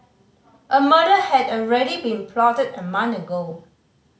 a murder had already been plotted a month ago